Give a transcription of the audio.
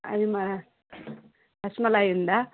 అది మా రస్మలై ఉందా